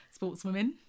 sportswomen